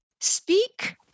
speak